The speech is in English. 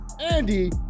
Andy